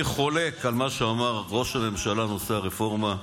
אני חולק על מה שאמר ראש הממשלה על נושא הרפורמה.